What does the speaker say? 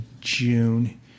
June